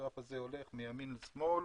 הגרף הזה הולך מימין לשמאל.